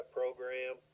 program